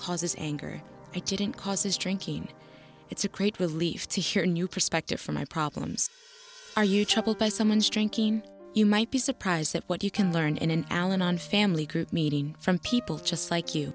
this anger it didn't cause his drinking it's a great relief to hear a new perspective from my problems are you troubled by someone's drinking you might be surprised at what you can learn in an al anon family group meeting from people just like you